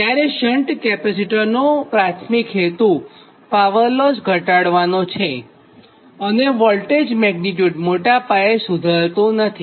જ્યારે શન્ટ કેપેસિટરનો પ્રાથમિક હેતુ પાવરલોસ ઘટાડવાનો છે અને વોલ્ટેજ મેગ્નીટ્યુડ મોટા પાયે સુધારતું નથી